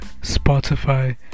Spotify